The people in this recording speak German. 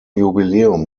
jubiläum